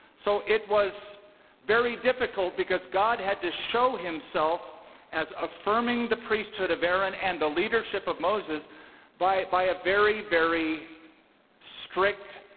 so it was very difficult because god had to show himself as affirming the priesthood of aaron and the leadership of moses by a very, very strict